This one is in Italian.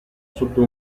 sotto